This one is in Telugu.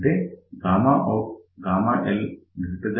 అంటే outL1